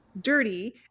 dirty